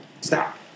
stop